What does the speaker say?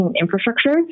infrastructure